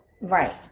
Right